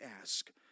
ask